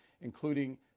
including